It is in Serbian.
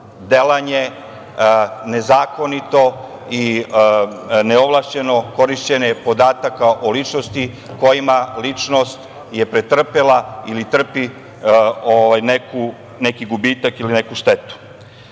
delanje nezakonito i neovlašćeno korišćenje podataka o ličnosti kojima ličnost je pretrpela ili trpi neki gubitak ili neku